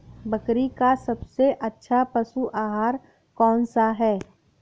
बकरी का सबसे अच्छा पशु आहार कौन सा है?